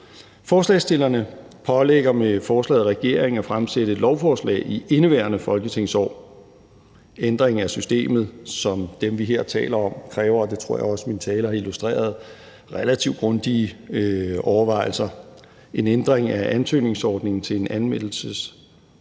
Forslagsstillerne pålægger med forlaget regeringen at fremsætte et lovforslag i indeværende folketingsår. Ændringer af systemet som dem, vi her taler om, kræver, og det tror jeg også min tale har illustreret, relativt grundige overvejelser. En ændring af ansøgningsordningen til en anmeldelsesordning